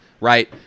Right